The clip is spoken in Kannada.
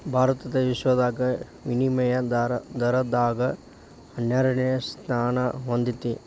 ಭಾರತ ವಿಶ್ವದಾಗ ವಿನಿಮಯ ದರದಾಗ ಹನ್ನೆರಡನೆ ಸ್ಥಾನಾ ಹೊಂದೇತಿ